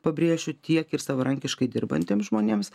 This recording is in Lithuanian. pabrėšiu tiek ir savarankiškai dirbantiems žmonėms